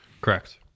Correct